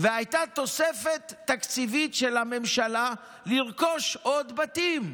והייתה תוספת תקציבית של הממשלה לרכוש עוד בתים.